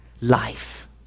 life